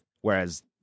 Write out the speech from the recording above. Whereas